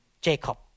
Jacob